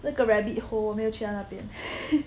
那个 Rabbit Hole 我没有去到那边